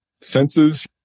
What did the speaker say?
senses